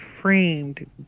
framed